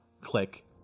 Click